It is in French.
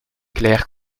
clair